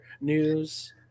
news